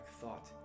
thought